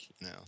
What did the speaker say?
no